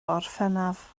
orffennaf